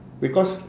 because